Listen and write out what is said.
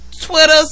Twitter